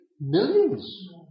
millions